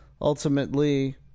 ultimately